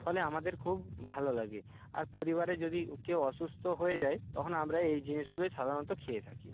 ফলে আমাদের খুব ভালো লাগে আর পরিবারে যদি কেউ অসুস্থ হয়ে যায় তখন আমরা এই জিনিসগুলোই সাধারণত খেয়ে থাকি